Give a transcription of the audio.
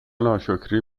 ناشکری